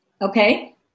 Okay